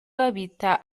babita